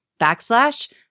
backslash